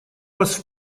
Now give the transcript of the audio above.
вас